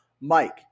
mike